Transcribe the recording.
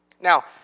Now